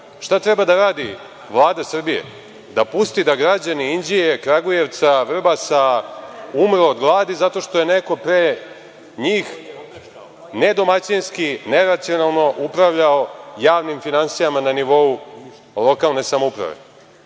Šta treba da radi Vlada Srbije? Da pusti da građani Inđije, Kragujevca, Vrbasa umru od gladi zato što je neko pre njih nedomaćinski, neracionalno upravljao javnim finansijama na nivou lokalne samouprave.